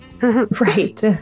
Right